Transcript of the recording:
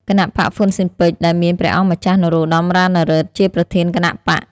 គណបក្សហ្វ៊ិនស៊ិនប៉ិច ដែល មានព្រះអង្គម្ចាស់ នរោត្តម រណឬទ្ធិ ជាប្រធានគណបក្ស។